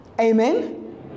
Amen